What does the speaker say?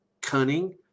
cunning